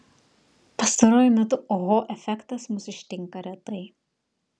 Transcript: pastaruoju metu oho efektas mus ištinka retai